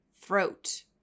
throat